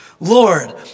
Lord